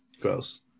Gross